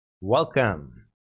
Welcome